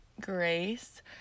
Grace